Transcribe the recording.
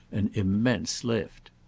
an immense lift.